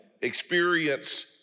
experience